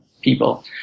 people